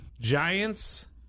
Giants